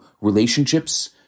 relationships